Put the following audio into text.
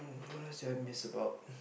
what else do I miss about